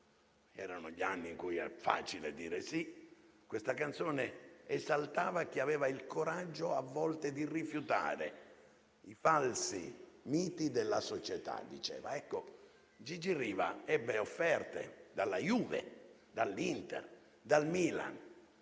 Erano gli anni in cui era facile dire sì e questa canzone esaltava chi aveva il coraggio, a volte, di rifiutare i falsi miti della società. Ecco, Gigi Riva ebbe offerte dalla Juventus, dall'Inter, dal Milan,